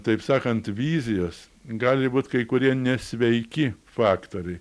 taip sakant vizijos gali būt kai kurie nesveiki faktoriai